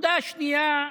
הנקודה השנייה,